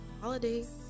Holidays